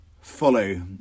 Follow